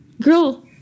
girl